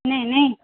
ନାଇଁ ନାଇଁ